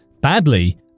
badly